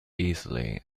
easily